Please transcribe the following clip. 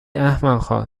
احمقها